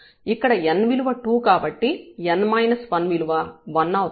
ఇక్కడ n విలువ 2 కాబట్టి n 1 విలువ 1 అవుతుంది